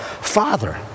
Father